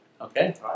Okay